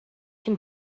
can